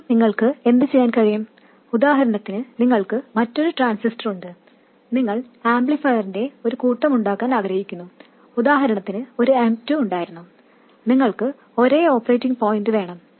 ഇപ്പോൾ നിങ്ങക്ക് എന്ത് ചെയ്യാൻ കഴിയും ഉദാഹരണത്തിന് നിങ്ങൾക്ക് മറ്റൊരു ട്രാൻസിസ്റ്റർ ഉണ്ട് നിങ്ങൾ ആംപ്ലിഫയറിന്റെ ഒരു കൂട്ടം ഉണ്ടാക്കാൻ ആഗ്രഹിക്കുന്നു ഉദാഹരണത്തിന് ഒരു M2 ഉണ്ടായിരുന്നു നിങ്ങൾക്ക് ഒരേ ഓപ്പറേറ്റിങ് പോയിന്റ് വേണം